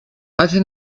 heute